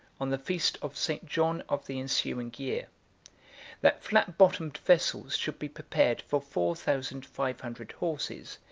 on the feast of st. john of the ensuing year that flat-bottomed vessels should be prepared for four thousand five hundred horses,